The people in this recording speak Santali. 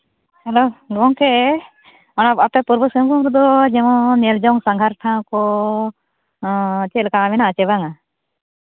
ᱦᱮᱞᱳ ᱜᱚᱢᱞᱮ ᱟᱯᱮ ᱯᱩᱨᱵᱚ ᱥᱤᱝᱵᱷᱩᱢ ᱨᱮᱫᱚ ᱡᱮᱢᱚᱱ ᱧᱮᱞᱡᱚᱝ ᱥᱟᱸᱜᱷᱟᱨ ᱴᱷᱟᱶ ᱠᱚ ᱚᱻ ᱪᱮᱫ ᱞᱮᱠᱟ ᱢᱮᱱᱟᱜᱼᱟ ᱥᱮ ᱵᱟᱝᱼᱟ